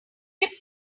took